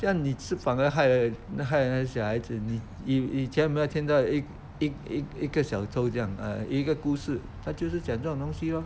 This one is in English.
那你是反而害了害了那个小孩子你以以前有没有听过一一一一个小偷这样有一个故事它就是讲这种东西 lor